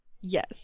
Yes